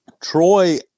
Troy